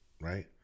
Right